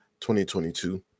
2022